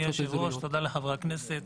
תודה, אדוני היושב-ראש, תודה לחברי הכנסת.